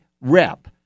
Rep